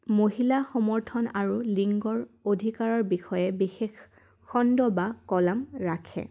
মহিলা সমৰ্থন আৰু লিংগৰ অধিকাৰৰ বিষয়ে বিশেষ খণ্ড বা কলম ৰাখে